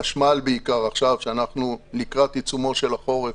בעיקר חשמל כאשר אנחנו לקראת החורף.